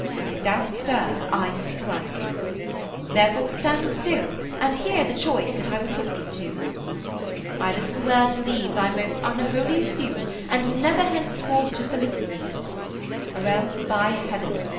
and if thou stir, i strike therefore, stand still, and hear the choice that i will put thee to either swear to leave thy most unholy suit and never hence forth to solicit me or else, by heaven,